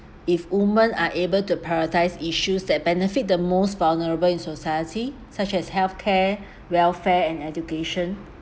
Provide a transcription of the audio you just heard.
if women are able to prioritise issues that benefit the most vulnerable in society such as health care welfare and education